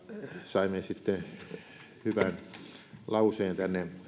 saimme sitten hyvän lauseen tänne